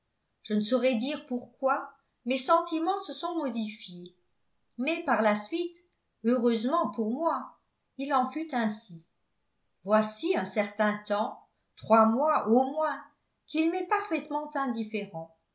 je ne saurais dire pourquoi mes sentiments se sont modifiés mais par la suite heureusement pour moi il en fut ainsi voici un certain temps trois mois au moins qu'il m'est parfaitement indifférent